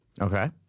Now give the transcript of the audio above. Okay